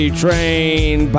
train